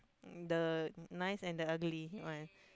the nice and the ugly one